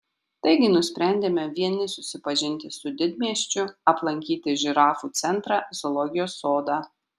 taigi nusprendėme vieni susipažinti su didmiesčiu aplankyti žirafų centrą zoologijos sodą